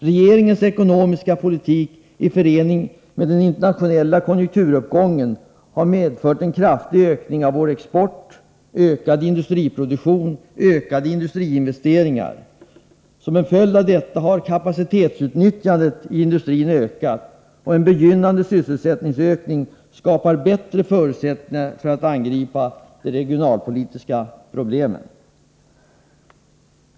Regeringens ekonomiska politik har i förening med den internationella konjunkturuppgången medfört en kraftig ökning av vår export, ökad industriproduktion och ökade industriinvesteringar. Som en följd av detta har kapacitetsutnyttjandet i industrin ökat, och en begynnande sysselsättningsökning skapar bättre förutsättningar för att angripa de regionalpolitiska problemen.